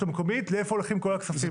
המקומית לאיפה הולכים כל הכספים האלה.